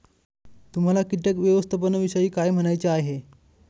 तुम्हाला किटक व्यवस्थापनाविषयी काय म्हणायचे आहे?